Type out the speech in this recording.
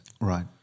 Right